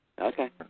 Okay